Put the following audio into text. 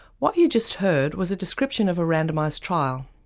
what you just heard was a description of a randomised trial.